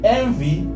envy